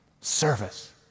Service